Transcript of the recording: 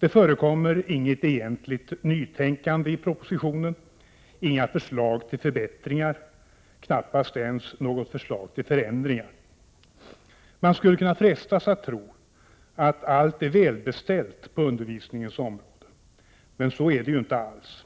Det förekommer inget egentligt nytänkande i propositionen, inga förslag till förbättringar, knappast ens några förslag till förändringar. Man skulle kunna frestas att tro att allt är välbeställt på undervisningens område, men så är det ju inte alls.